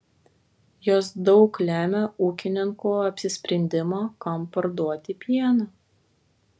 jos daug lemia ūkininko apsisprendimą kam parduoti pieną